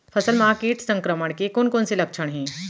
फसल म किट संक्रमण के कोन कोन से लक्षण हे?